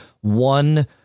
one